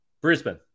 Brisbane